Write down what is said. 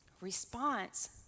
Response